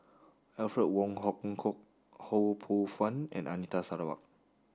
Alfred Wong Hong Kwok Ho Poh Fun and Anita Sarawak